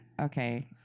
Okay